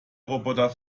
roboter